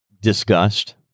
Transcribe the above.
disgust